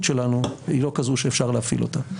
שלנו היא לא כזו שאפשר להפעיל אותה.